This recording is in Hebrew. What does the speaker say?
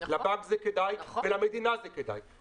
לבנק זה כדאי ולמדינה זה כדאי.